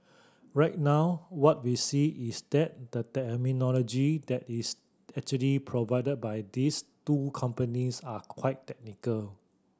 right now what we see is that the terminology that is actually provided by these two companies are quite technical